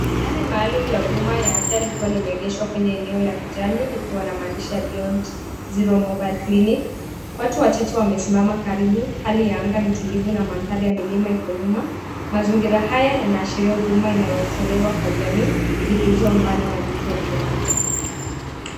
Gari maalumu la huduma ya afya likiwa limeengeshwa kwenye eneo la kijani, likiwa na maandishi ya BEYOND ZERO MOBILE CLINIC, watu wachache wamesimama karibu, hali ya anga ni tulivu na mandhari ya milima iko nyuma. Mazingira haya yanaashiria huduma inayotolewa kwa jamii, zilizo mbali na vituo vya afya.